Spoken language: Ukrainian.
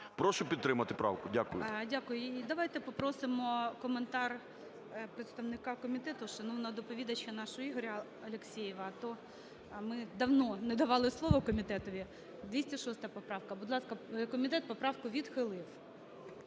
Прошу підтримати правку. Дякую. ГОЛОВУЮЧИЙ. Дякую. Давайте попросимо коментар представника комітету - шановного доповідача нашого Ігоря Алексєєва, а то ми давно не давали слово комітетові. 206 поправка. Будь ласка. Комітет поправку відхилив.